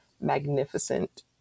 magnificent